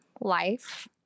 life